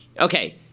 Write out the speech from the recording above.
Okay